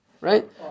right